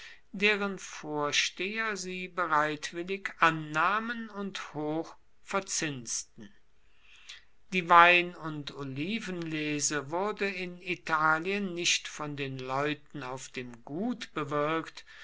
deren vorsteher sie bereitwillig annahmen und hoch verzinsten die wein und olivenlese wurde in italien nicht von den leuten auf dem gut bewirkt